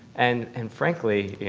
and and frankly,